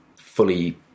fully